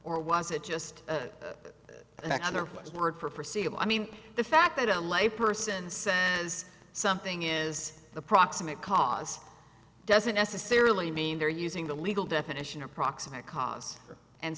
or was it just that other word for perceive i mean the fact that a lay person says something is a proximate cause doesn't necessarily mean they're using the legal definition or proximate cause and